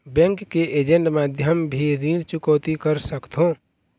Bank के agent माध्यम भी ऋण चुकौती कर सकथों?